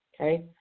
Okay